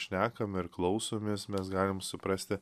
šnekam ir klausomės mes galime suprasti